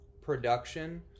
production